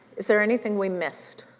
is there anything we missed?